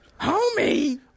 homie